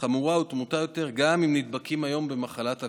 חמורה ולתמותה גבוהה יותר אם נדבקים גם במחלת הקורונה.